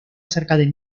cerca